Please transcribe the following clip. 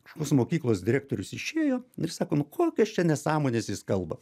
kažkokios mokyklos direktorius išėjo ir sako nu kokias čia nesąmones jis kalba